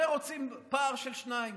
ורוצים פער של שניים.